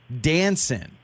dancing